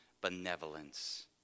benevolence